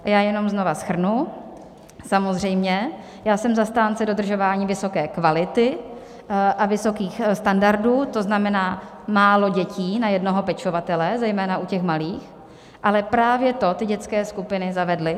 Já jenom znovu shrnu: Samozřejmě, já jsem zastánce dodržování vysoké kvality a vysokých standardů, to znamená málo dětí na jednoho pečovatele, zejména u těch malých, ale právě to ty dětské skupiny zavedly.